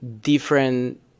different